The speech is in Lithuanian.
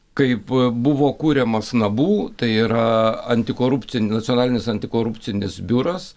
kaip buvo kuriamas nabu tai yra antikorupcin nacionalinis antikorupcinis biuras